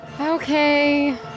Okay